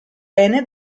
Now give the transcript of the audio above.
bene